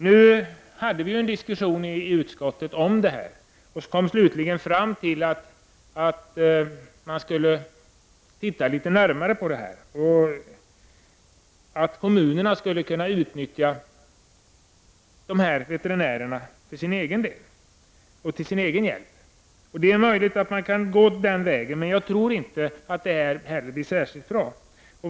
Vi förde en diskussion i utskottet om dessa saker och kom slutligen fram till att vi skulle närmare studera dessa frågor. Kommunerna kanske skulle kunna utnyttja veterinärerna till sin hjälp. Det är möjligt att man kan gå den vägen, men jag tror inte att det blir särskilt bra.